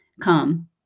Come